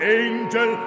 angel